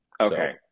Okay